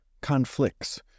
conflicts